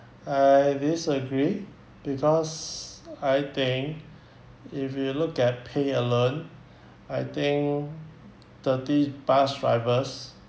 I disagree because I think if you look at pay alone I think thirty bus drivers